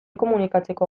komunikatzeko